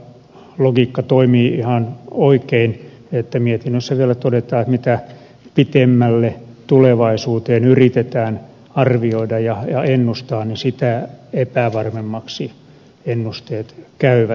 logiikka toimii ihan oikein että mietinnössä vielä todetaan että mitä pitemmälle tulevaisuuteen yritetään arvioida ja ennustaa sitä epävarmemmaksi ennusteet käyvät